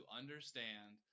understand